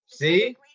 See